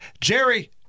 Jerry